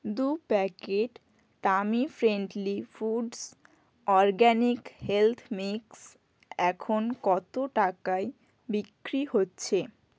দু packet tummy friendly foods organic health mix এখন কত টাকায় বিক্রি হচ্ছে